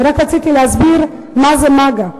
אני רק רציתי להסביר מה זה מג"א.